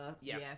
yes